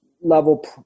level